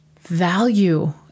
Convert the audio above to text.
value